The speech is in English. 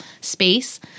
space